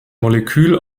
molekül